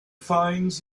finds